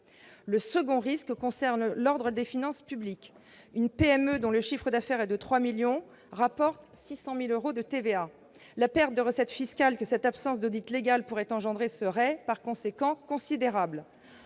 Le second risque concerne les finances publiques. Une PME dont le chiffre d'affaires est de 3 millions d'euros rapporte 600 000 euros de TVA. La perte de recettes fiscales que cette absence d'audit légal pourrait engendrer serait par conséquent considérable.